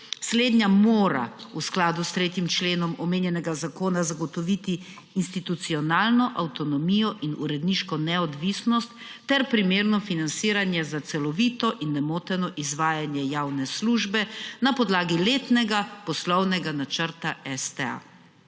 Slednja mora v skladu s 3. členom omenjenega zakona zagotoviti institucionalno avtonomijo in uredniško neodvisnost ter primerno financiranje za celovito in nemoteno izvajanje javne službe na podlagi letnega poslovnega načrta STA.